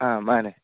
ꯑꯥ ꯃꯥꯅꯦ